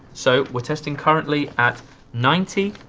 so we're testing currently at ninety,